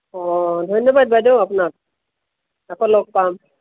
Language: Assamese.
অঁ ধন্যবাদ বাইদেউ আপোনাক আকৌ লগ পাম